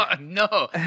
No